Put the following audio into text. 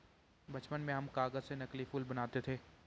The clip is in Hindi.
बचपन में हम कागज से नकली फूल बनाते थे